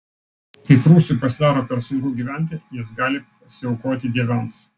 kai prūsui pasidaro per sunku gyventi jis gali pasiaukoti dievams